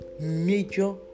major